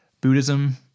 Buddhism